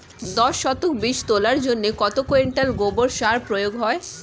দশ শতক বীজ তলার জন্য কত কুইন্টাল গোবর সার প্রয়োগ হয়?